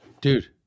Dude